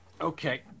Okay